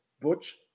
Butch